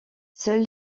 seule